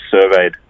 surveyed